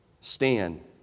stand